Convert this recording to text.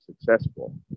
successful